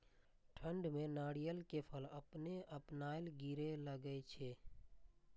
ठंड में नारियल के फल अपने अपनायल गिरे लगए छे?